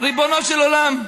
ריבונו של עולם.